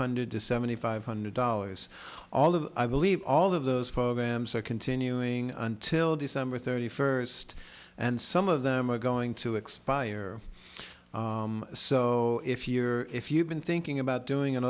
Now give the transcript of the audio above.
hundred to seventy five hundred dollars all of i believe all of those programs are continuing until december thirty first and some of them are going to expire so if you're if you've been thinking about doing an